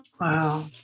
Wow